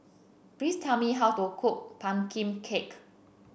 please tell me how to cook pumpkin cake